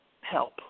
help